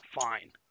Fine